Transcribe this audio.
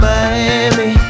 Miami